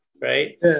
right